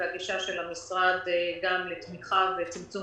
והגישה של המשרד לתמיכה ולצמצום